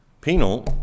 Penal